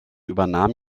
übernahm